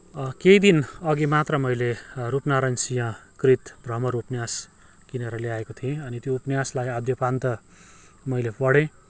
केही दिनअघि मात्र मैले रूपनारायण सिंहकृत भ्रमर उपन्यास किनेर ल्याएको थिएँ अनि त्यो उपन्यासलाई अध्योपान्त मैले पढेँ